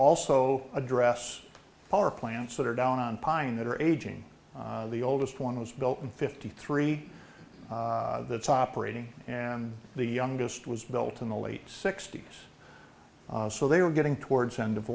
also address the power plants that are down on pine that are aging the oldest one was built in fifty three that's operating and the youngest was built in the late sixty's so they were getting towards the end of